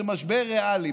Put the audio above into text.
זה משבר ריאלי.